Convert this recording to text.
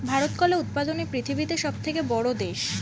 ভারত কলা উৎপাদনে পৃথিবীতে সবথেকে বড়ো দেশ